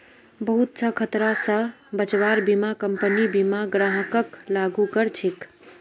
बहुत स खतरा स बचव्वार बीमा कम्पनी बीमा ग्राहकक लागू कर छेक